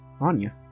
Anya